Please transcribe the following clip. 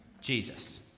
Jesus